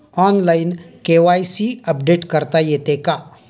Online KYC update करता येते का?